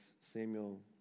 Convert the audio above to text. Samuel